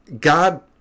God